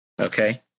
okay